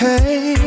Hey